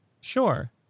Sure